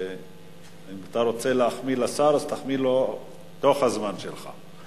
ואם אתה רוצה להחמיא לשר, תחמיא לו בתוך הזמן שלך.